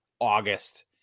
August